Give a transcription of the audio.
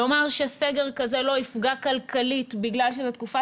לומר שסגר כזה לא יפגע כלכלית בגלל שזה תקופת